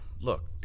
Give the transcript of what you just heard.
look